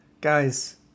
guys